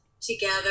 together